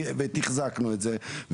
ותחזקנו את זה,